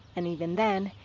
and even then,